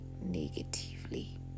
negatively